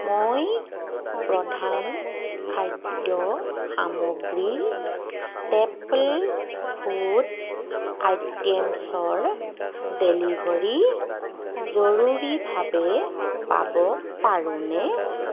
মই প্ৰধান খাদ্য সামগ্ৰী ষ্টেপল ফুড আইটেমচৰ ডেলিভৰী জৰুৰীভাৱে পাব পাৰোঁনে